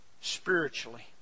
spiritually